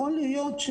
יכול להיות,